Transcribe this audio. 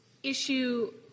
Issue